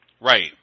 Right